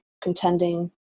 contending